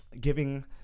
giving